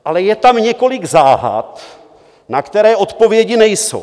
Ale je tam několik záhad, na které odpovědi nejsou.